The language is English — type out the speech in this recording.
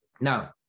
Now